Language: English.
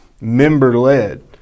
member-led